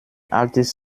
altes